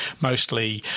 mostly